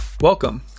Welcome